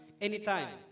anytime